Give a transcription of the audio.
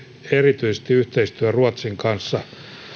erityisesti yhteistyö ruotsin kanssa